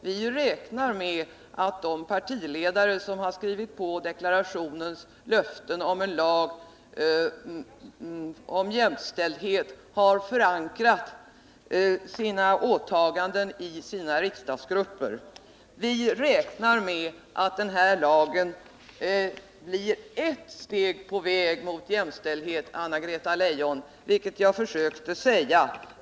Vi räknar med att de partiledare som skrivit på deklarationens löfte om en lag om jämställdhet har förankrat sina åtaganden i sina riksdagsgrupper. Vi räknar med att den här lagen blir ert steg på vägen mot jämställdhet, Anna-Greta Leijon, vilket jag försökte säga.